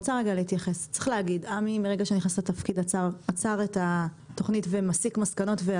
צריך להגיד שמרגע שעמי נכנס לתפקיד עצר את התוכנית ומסיק מסקנות.